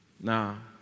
Now